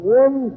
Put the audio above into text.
one